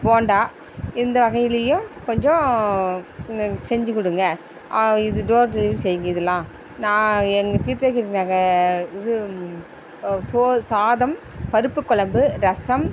போண்டா இந்த வகைலேயும் கொஞ்சம் செஞ்சு கொடுங்க இது டோர் டெலிவரி செய்யுங்க இதெல்லாம் நா எங்கள் கீர்த்தகிரி நகர் இது சோறு சாதம் பருப்பு குழம்பு ரசம்